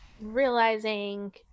realizing